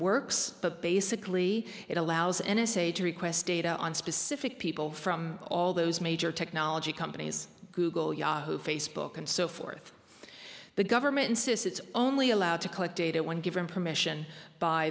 works but basically it allows n s a to request data on specific people from all those major technology companies google yahoo facebook and so forth the government insists it's only allowed to collect data when given permission by